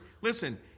Listen